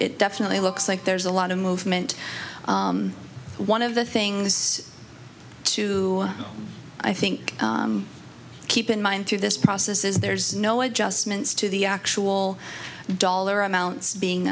definitely looks like there's a lot of movement one of the things to i think keep in mind through this process is there's no adjustments to the actual dollar